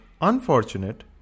unfortunate